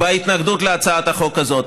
בהתנגדות להצעת החוק הזאת.